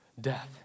death